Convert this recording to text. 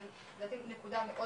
לדעתי נקודה מאוד